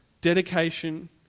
Dedication